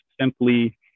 simply